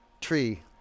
Tree